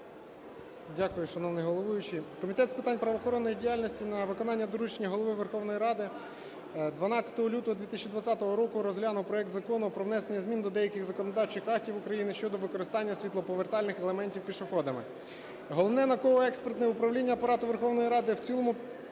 Дякую, шановний головуючий.